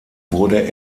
wurde